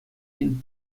мӗн